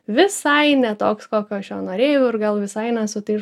visai ne toks kokio aš jo norėjau ir gal visai ne su tais